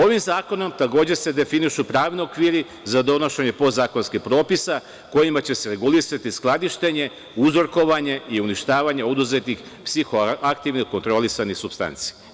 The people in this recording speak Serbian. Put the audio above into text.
Ovim zakonom takođe se definišu pravni okviri za donošenje podzakonskih propisa kojima će se regulisati skladištenje, uzrokovanje i uništavanje oduzetih psihoaktivnih kontrolisanih supstanci.